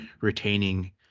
retaining